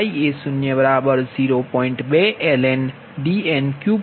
હવેથી L00Ia00